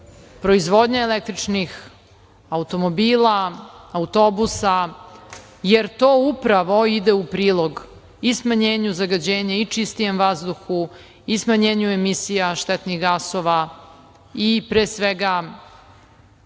proizvodnja električnih automobila, autobusa, jer to upravo ide u prilog i smanjenju zagađenja i čistijem vazduhu i smanjenju štetnih gasova i pre svega